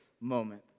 moment